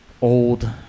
old